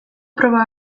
proba